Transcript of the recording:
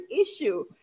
issue